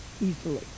easily